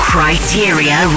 Criteria